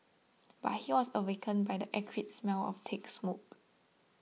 but he was awakened by the acrid smell of thick smoke